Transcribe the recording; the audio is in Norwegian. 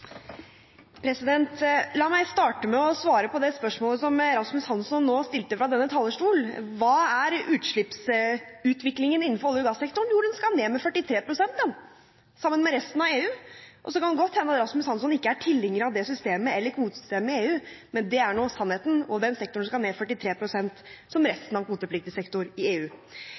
La meg starte med å svare på det spørsmålet som Rasmus Hansson nettopp stilte fra denne talerstolen: Hva er utslippsutviklingen innenfor olje- og gassektoren? Jo, utslippene skal ned med 43 pst., sammen med resten av EU. Det kan godt hende at Rasmus Hansson ikke er tilhenger av kvotesystemet i EU, men det er sannheten, og den sektorens utslipp skal ned med 43 pst., som